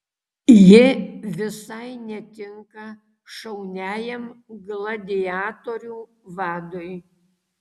ji visai netinka šauniajam gladiatorių vadui